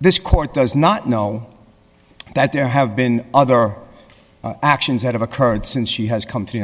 this court does not know that there have been other actions that have occurred since she has come to the